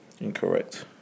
incorrect